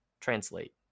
translate